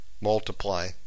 multiply